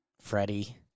Freddie –